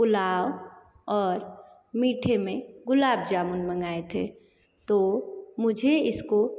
पुलाव और मीठे में गुलाब जामुन मंगाए थे तो मुझे इसको